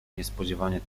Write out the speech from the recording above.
niespodzianie